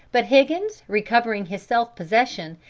but higgins, recovering his self-possession,